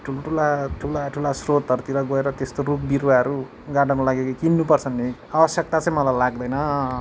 ठुल्ठुला ठुला ठुला स्रोतहरूतिर गएर त्यस्तो रुख बिरुवाहरू गार्डनको लागि किन्नुपर्छ भन्ने आवश्यकता चाहिँ मलाई लाग्दैन